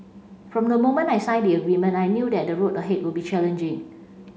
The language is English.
from the moment I signed the agreement I knew that the road ahead would be challenging